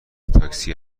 تاکسی